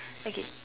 okay